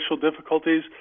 difficulties